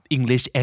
English